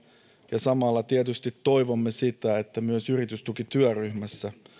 ja samalla tietysti toivomme sitä että myös yritystukityöryhmässä